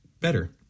better